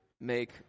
Make